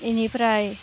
बेनिफ्राय